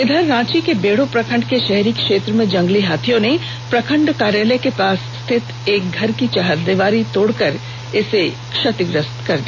रांची के बेड़ो प्रखंड के शहरी क्षेत्र में जंगली हाथियों ने प्रखंड कार्यालय के पास स्थित एक घर की चहारदीवारी को तोड़कर क्षतिग्रस्त कर दिया